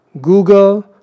Google